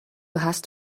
hast